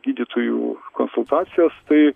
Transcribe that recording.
gydytojų konsultacijos tai